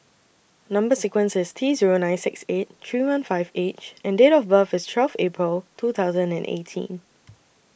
Number sequence IS T Zero nine six eight three one five H and Date of birth IS twelve April two thousand and eighteen